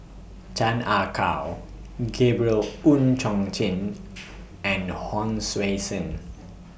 Chan Ah Kow Gabriel Oon Chong Jin and Hon Sui Sen